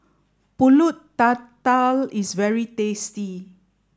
Pulut Tatal is very tasty